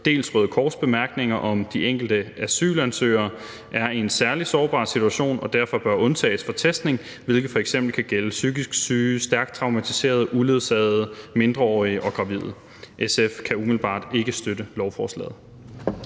dels Røde Kors' bemærkninger om, at de enkelte asylansøgere er i en særlig sårbar situation og derfor bør undtages fra testning, hvilket f.eks. kan gælde psykisk syge, stærkt traumatiserede, uledsagede mindreårige og gravide. SF kan umiddelbart ikke støtte lovforslaget.